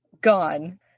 gone